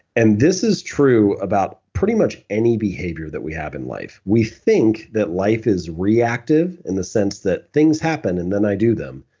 and this is true about pretty much any behavior that we have in life. we think that life is reactive in the sense that things happen and then i do them,